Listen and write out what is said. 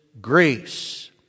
grace